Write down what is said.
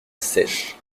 sèche